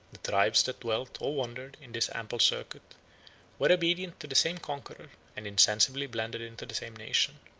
tribes that dwelt, or wandered, in this ample circuit were obedient to the same conqueror, and insensibly blended into the same nation.